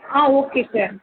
ah okay sir